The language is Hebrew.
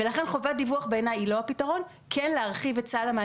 אצלן זה על אחת כמה וכמה, אבל זה נכון לכולם.